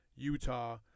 Utah